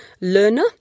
learner